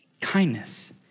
kindness